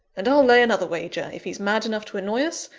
and i'll lay another wager, if he's mad enough to annoy us,